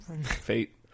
Fate